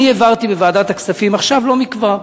אני העברתי בוועדת הכספים, עכשיו, לא מכבר,